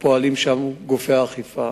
הפועלים שם, גופי האכיפה.